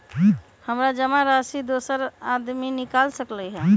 हमरा जमा राशि दोसर आदमी निकाल सकील?